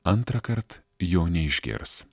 antrąkart jo neišgirs